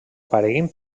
apareguin